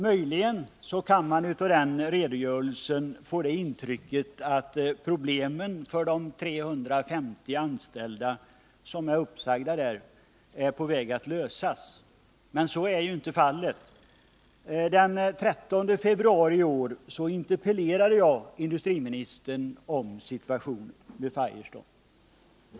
Möjligen kan man av den redogörelsen få intrycket att problemen för de 350 anställda som är uppsagda är på väg att lösas. Men så är inte fallet. Den 13 februari i år framställde jag en interpellation till industriministern om situationen vid Firestone.